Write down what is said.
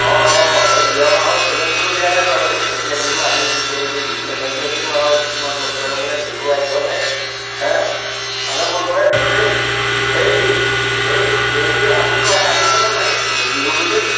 অঁ অঁ এই যোৱা মাহৰ পে'মেণ্টটোও দিয়া নাই বাৰু এতিয়া দিম আজি গৈ দি দিম পে'মেণ্টটো দি আৰু কিছুমান বস্তু আনিব লাগে বিহু আহি পালে হেঁ আচ্ছা মই গৈ আছোঁ দেই এই এই এই হেৰি আলুটো আনিছানে নাই তুমি বিহু বুলি